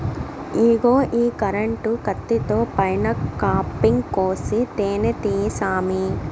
ఇగో ఈ కరెంటు కత్తితో పైన కాపింగ్ కోసి తేనే తీయి సామీ